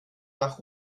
nach